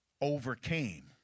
overcame